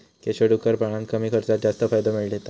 केशव डुक्कर पाळान कमी खर्चात जास्त फायदो मिळयता